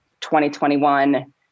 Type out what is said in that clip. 2021